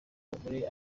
abagore